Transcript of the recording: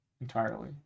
entirely